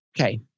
okay